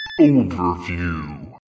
Overview